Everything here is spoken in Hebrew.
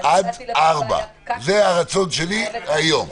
שעה 16:00. זה הרצון שלי להיום.